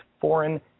foreign